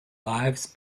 lives